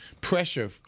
pressure